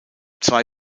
zwei